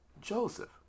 Joseph